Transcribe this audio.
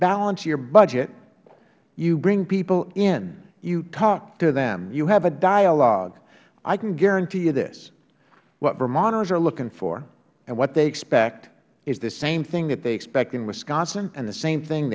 balance your budget you bring people in you talk to them you have a dialog i can guarantee you this what vermonters are looking for and what they expect is the same thing that they expect in wisconsin and the same thing